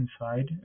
inside